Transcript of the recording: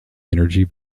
energy